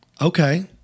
Okay